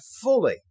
fully